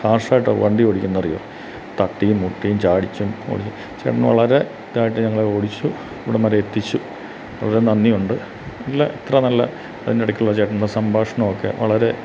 ഹാർഷായിട്ടാണ് വണ്ടി ഓടിക്കുന്നത് അറിയുമോ തട്ടിയും മുട്ടിയും ചാടിച്ചും ഓടിച്ച് ചേട്ടൻ വളരെ ഇതായിട്ട് ഞങ്ങളെ ഓടിച്ചു ഇവിടം വരെയെത്തിച്ചു കുറേ നന്ദിയുണ്ട് നല്ല ഇത്ര നല്ല അതിൻ്റെ ഇടക്കുള്ള ചേട്ടൻ്റെ സംഭാഷണമൊക്കെ വളരെ